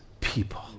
people